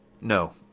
No